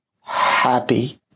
happy